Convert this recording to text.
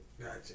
Gotcha